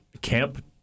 camp